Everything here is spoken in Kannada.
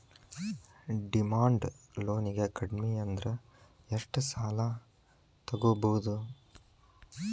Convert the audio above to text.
ಡಿಮಾಂಡ್ ಲೊನಿಗೆ ಕಡ್ಮಿಅಂದ್ರ ಎಷ್ಟ್ ಸಾಲಾ ತಗೊಬೊದು?